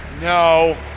No